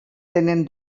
tenen